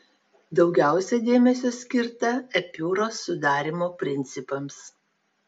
daugiausia dėmesio skirta epiūros sudarymo principams